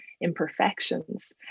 imperfections